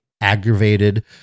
aggravated